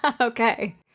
okay